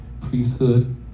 priesthood